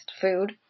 food